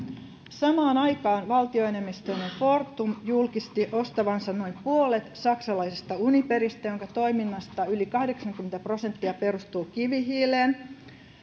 samaan aikaan valtioenemmistöinen fortum julkisti ostavansa noin puolet saksalaisesta uniperistä jonka toiminnasta yli kahdeksankymmentä prosenttia perustuu kivihiileen